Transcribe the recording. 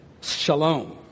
Shalom